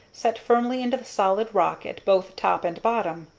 set firmly into the solid rock at both top and bottom.